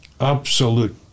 Absolute